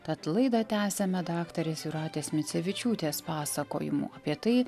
tad laidą tęsiame daktarės jūratės micevičiūtės pasakojimu apie tai